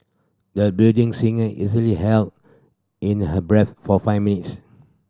the budding singer easily held in her breath for five minutes